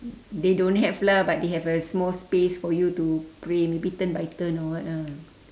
they don't have lah but they have a small space for you to pray maybe turn by turn or what ah